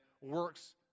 works